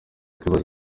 kwibaza